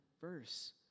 verse